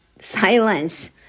silence